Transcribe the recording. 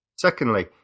Secondly